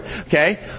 Okay